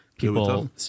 People